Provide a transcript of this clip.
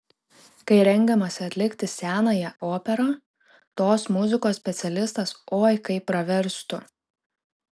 kai rengiamasi atlikti senąją operą tos muzikos specialistas oi kaip praverstų